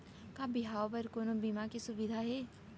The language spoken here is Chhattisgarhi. का बिहाव बर कोनो बीमा के सुविधा हे?